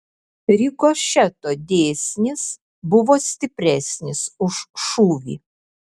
rikošeto dėsnis buvo stipresnis už šūvį